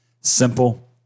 simple